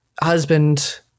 husband